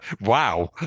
wow